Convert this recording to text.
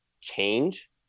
change